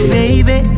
Baby